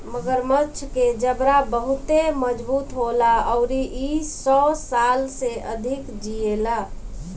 मगरमच्छ के जबड़ा बहुते मजबूत होला अउरी इ सौ साल से अधिक जिएला